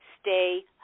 stay